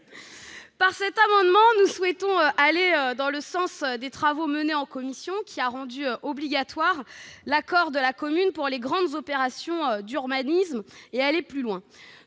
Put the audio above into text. Avec cet amendement, nous souhaitons aller dans le sens des travaux menés en commission, lesquels ont rendu obligatoire l'accord de la commune pour les grandes opérations d'urbanisme. Nous voulons